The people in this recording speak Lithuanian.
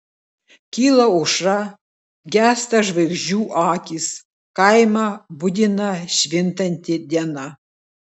kyla aušra gęsta žvaigždžių akys kaimą budina švintanti diena